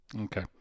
Okay